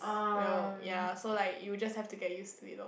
well ya so like you'll just have to get use to it loh